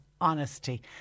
honesty